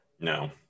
No